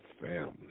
family